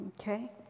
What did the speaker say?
Okay